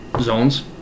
zones